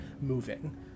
moving